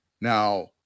Now